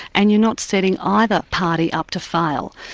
and you're not setting either party up to fail.